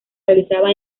realizaba